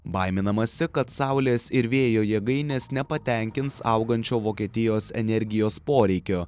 baiminamasi kad saulės ir vėjo jėgainės nepatenkins augančio vokietijos energijos poreikio